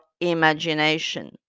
imagination